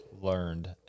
learned